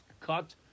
cut